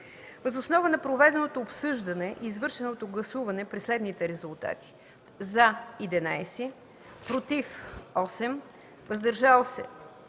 Въз основа на проведеното обсъждане и извършеното гласуване при следните резултати: „за” 11, „против” 8 и без „въздържал се”,